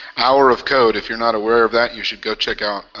hour of code, if you're not aware of that, you should go check out,